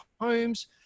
homes